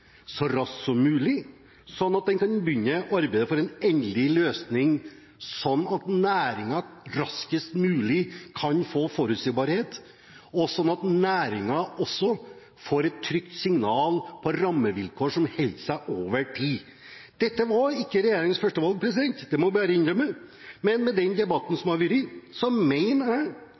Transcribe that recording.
så raskt som mulig, sånn at den kan begynne arbeidet for en endelig løsning, at næringen raskest mulig kan få forutsigbarhet, og at næringen også får et trygt signal om rammevilkår som holder seg over tid. Dette var ikke regjeringens førstevalg, det må jeg bare innrømme, men med den debatten som har vært, mener jeg